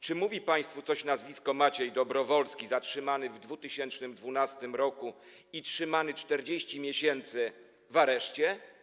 Czy mówi państwu coś nazwisko Maciej Dobrowolski, zatrzymany w 2012 r. i trzymany 40 miesięcy w areszcie?